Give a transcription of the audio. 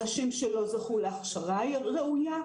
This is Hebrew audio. אנשים שלא זכו להכשרה ראויה?